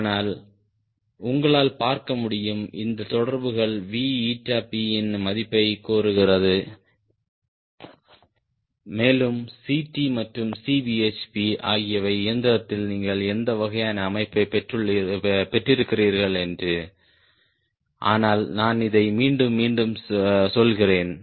ஆனால் உங்களால் பார்க்க முடியும் இந்த தொடர்புகள் VP இன் மதிப்பைக் கோருகிறதுமேலும் Ct மற்றும் Cbhp ஆகியவை இயந்திரத்தில் நீங்கள் எந்த வகையான அமைப்பைப் பெற்றிருக்கிறீர்கள் என்று ஆனால் நான் இதை மீண்டும் மீண்டும் சொல்கிறேன்